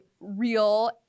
real